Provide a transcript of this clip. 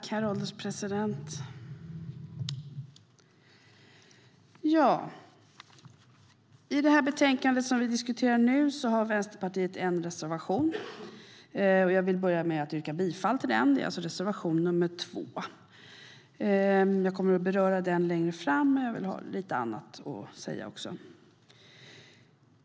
Herr ålderspresident! I det betänkande som vi diskuterar nu har Vänsterpartiet en reservation. Jag vill börja med att yrka bifall till den, nämligen reservation nr 2. Jag kommer att beröra den längre fram, men jag har lite annat att säga också.